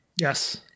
Yes